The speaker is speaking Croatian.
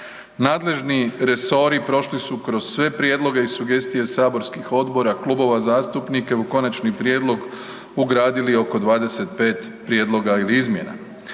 Nadležni resori prošli su kroz sve prijedloge i sugestije saborskih odbora, klubova zastupnika i u konačni prijedlog ugradili oko 25 prijedloga ili izmjena.